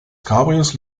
cabrios